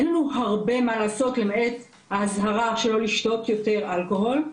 אין לנו הרבה מה לעשות למעט האזהרה של לא לשתות יותר אלכוהול.